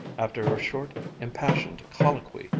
after a short impassioned colloquy,